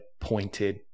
pointed